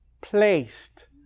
placed